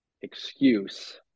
excuse